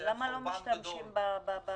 זה חורבן גדול.